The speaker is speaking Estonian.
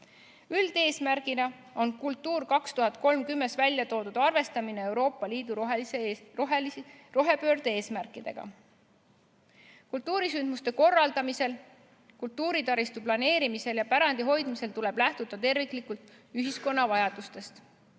Üldeesmärgina on arengukavas "Kultuur 2030" arvestatud Euroopa Liidu rohepöörde eesmärkidega. Kultuurisündmuste korraldamisel, kultuuritaristu planeerimisel ja pärandi hoidmisel tuleb lähtuda terviklikult ühiskonna vajadustest.